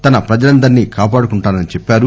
తన ప్రజలందరినీ కాపాడుకుంటానని చెప్పారు